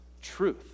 truth